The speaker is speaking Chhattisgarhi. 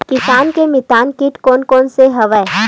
किसान के मितान कीट कोन कोन से हवय?